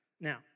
Now